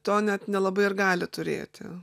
to net nelabai ir gali turėti